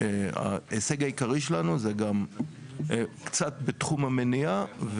ההישג העיקרי שלנו זה גם קצת בתחום המניעה,